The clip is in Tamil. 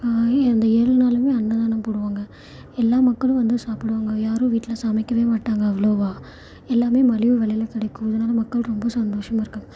அந்த ஏழு நாளுமே அன்னதானம் போடுவாங்க எல்லா மக்களும் வந்து சாப்பிடுவாங்க யாரும் வீட்டில் சமைக்கவே மாட்டாங்க அவ்வளோவா எல்லாமே மலிவு விலையில் கிடைக்கும் அதனால மக்கள் ரொம்ப சந்தோஷமாக இருக்காங்க